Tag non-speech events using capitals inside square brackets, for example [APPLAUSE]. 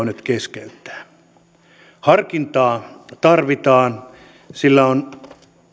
[UNINTELLIGIBLE] nyt keskeyttää harkintaa tarvitaan sillä on